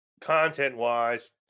content-wise